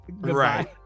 right